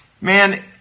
Man